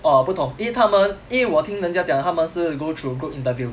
oh 我不懂因为他们因为我听人家讲他们是 go through group interview